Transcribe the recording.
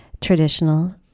traditional